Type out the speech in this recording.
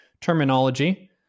terminology